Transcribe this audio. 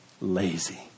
lazy